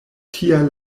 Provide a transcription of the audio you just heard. tial